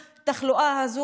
מהטירוף בתקופה הזאת,